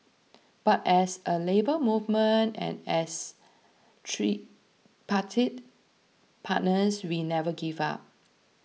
but as a Labour Movement and as tripartite partners we never give up